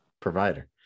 provider